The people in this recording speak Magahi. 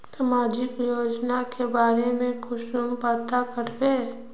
सामाजिक योजना के बारे में कुंसम पता करबे?